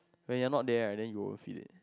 when you are not there right then you won't feel it